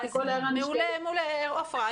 עפרה.